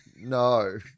No